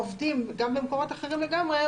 עובדים גם מקומות אחרים לגמרי,